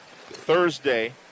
Thursday